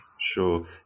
Sure